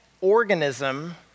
organism